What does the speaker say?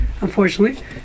unfortunately